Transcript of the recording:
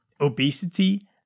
obesity